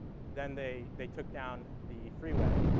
then they they took down the freeway.